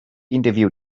interview